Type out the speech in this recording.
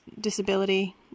disability